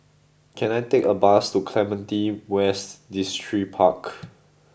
can I take a bus to Clementi West Distripark